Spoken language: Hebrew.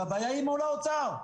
הבעיה היא מול האוצר.